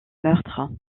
meurtre